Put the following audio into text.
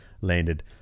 landed